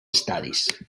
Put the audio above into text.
estadis